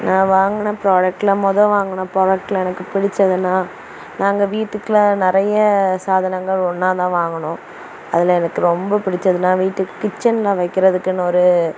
நான் வாங்கின ப்ராடக்ட்ல முத வாங்கின ப்ராடக்ட்ல எனக்கு பிடிச்சதுன்னால் நாங்கள் வீட்டுக்கெலாம் நிறைய சாதனங்கள் ஒன்றா தான் வாங்கினோம் அதில் எனக்கு ரொம்ப பிடிச்சதுன்னால் வீட்டுக்கு கிச்சன்ல வைக்கிறதுக்குன்னு ஒரு